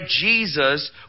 Jesus